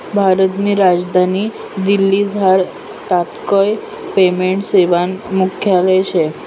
भारतनी राजधानी दिल्लीमझार तात्काय पेमेंट सेवानं मुख्यालय शे